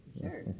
sure